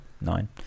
nine